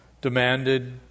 demanded